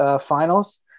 finals